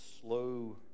slow